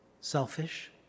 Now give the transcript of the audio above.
selfish